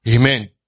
Amen